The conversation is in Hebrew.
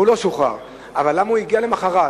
והוא לא שוחרר, אבל למה הוא הגיע למחרת?